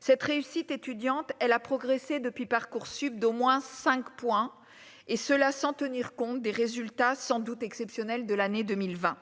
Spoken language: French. cette réussite étudiante, elle a progressé depuis Parcoursup d'au moins 5 virgule et cela sans tenir compte des résultats sans doute exceptionnel de l'année 2020,